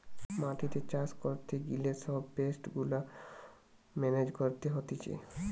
মাটিতে চাষ করতে গিলে সব পেস্ট গুলা মেনেজ করতে হতিছে